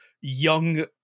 young